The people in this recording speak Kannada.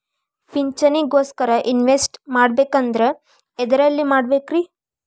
ಪಿಂಚಣಿ ಗೋಸ್ಕರ ಇನ್ವೆಸ್ಟ್ ಮಾಡಬೇಕಂದ್ರ ಎದರಲ್ಲಿ ಮಾಡ್ಬೇಕ್ರಿ?